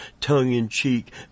tongue-in-cheek